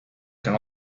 can